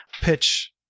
pitch